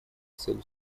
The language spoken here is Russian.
цель